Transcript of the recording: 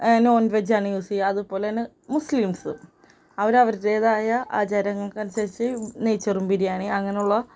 non വെജ്ജാണ് use ചെയ്യുക അതുപോലെ തന്നെ മുസ്ലിംസും അവർ അവരുടേതായ ആചാരങ്ങൾക്ക് അനുസരിച്ച് നെയ്ച്ചോറും ബിരിയാണി അങ്ങനെയുള്ള